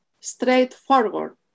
straightforward